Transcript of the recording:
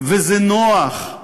וזה נוח,